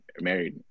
married